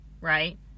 right